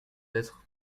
être